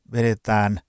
Vedetään